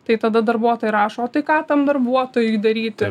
tai tada darbuotojai rašo o tai ką tam darbuotojui daryti